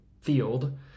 field